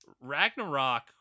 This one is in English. Ragnarok